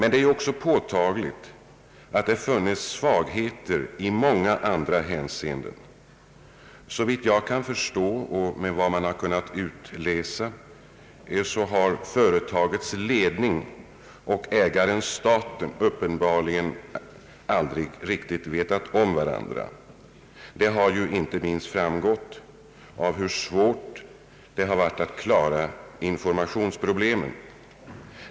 Det har emellertid också påvisats svagheter i många andra hänseenden. Såvitt jag kan förstå och efter vad som har kunnat utläsas har företagets ledning och ägaren staten uppenbarligen aldrig riktigt vetat om varandra. Det har inte minst framgått av svårigheterna att klara informationsproblemen.